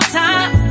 time